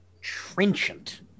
Trenchant